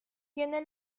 tiene